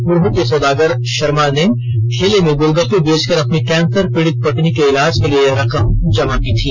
मुरहू के सौदागर शर्मा ने ठेले में गोलगप्पे बेचकर अपनी कैंसर पीड़ित पत्नी के इलाज के लिए ये रकम जमा की थी